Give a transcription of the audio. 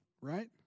right